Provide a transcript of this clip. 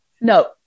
No